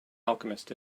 alchemist